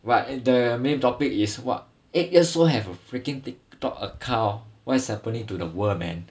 but the main topic is what eight years old have a freaking TikTok account what is happening to the world man